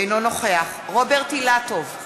אינו נוכח רוברט אילטוב,